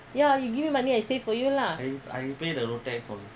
ya you give me money I save for you lah